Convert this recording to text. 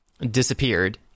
disappeared